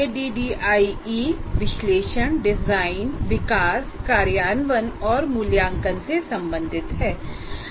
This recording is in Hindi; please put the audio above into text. एडीडीआईई विश्लेषण डिजाइन विकास कार्यान्वयन और मूल्यांकन से संबंधितहै